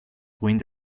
wind